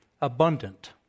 abundant